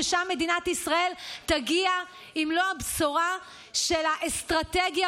ששם מדינת ישראל תגיע עם מלוא הבשורה של האסטרטגיה